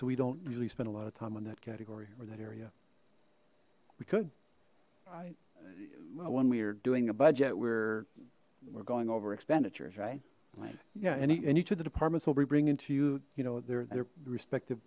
so we don't usually spend a lot of time on that category or that area we could when we're doing a budget where we're going over expenditures right yeah any and you to the departments will be bring into you you know their their respective